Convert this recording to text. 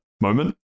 moment